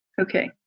Okay